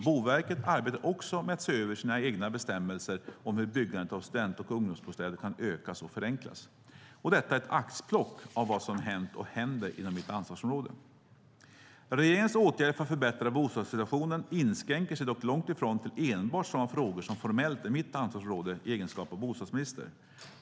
Boverket arbetar också med att se över sina egna bestämmelser om hur byggandet av student och ungdomsbostäder kan ökas och förenklas. Detta är ett axplock av vad som hänt och händer inom mitt ansvarsområde. Regeringens åtgärder för att förbättra bostadssituationen inskränker sig dock långtifrån till enbart sådana frågor som formellt är mitt ansvarsområde i egenskap av bostadsminister.